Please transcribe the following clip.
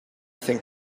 think